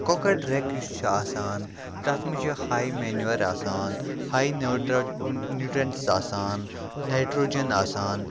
کۄکر رٮ۪کہٕ یُس چھُ آسان تَتھ منٛز چھِ ہَے مٮ۪نوَر آسان ہَے نیوٗٹرنٛٹ نیوٗٹرٮ۪نٛٹٕس آسان نایٹروجَن آسان